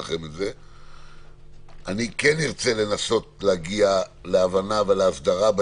כן ארצה לנסות להגיע להבנה ולהסדרה.